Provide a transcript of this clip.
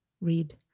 read